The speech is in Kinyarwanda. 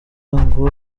ngo